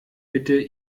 bitte